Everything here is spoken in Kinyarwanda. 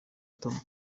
tom